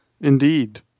Indeed